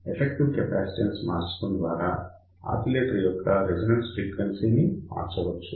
effective capacitance మార్చడం ద్వారా oscillator యొక్క రెసోనెన్స్ ఫ్రీక్వెన్సీ మార్చవచ్చు